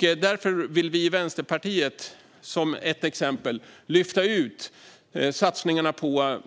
Därför vill vi i Vänsterpartiet, som ett exempel, lyfta ut satsningarna på